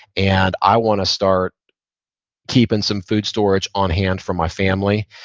and i wanna start keeping some food storage on hand from my family.